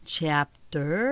chapter